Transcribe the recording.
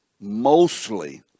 mostly